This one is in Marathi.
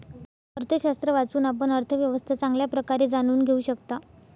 अर्थशास्त्र वाचून, आपण अर्थव्यवस्था चांगल्या प्रकारे जाणून घेऊ शकता